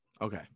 Okay